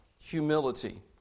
humility